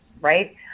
right